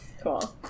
Cool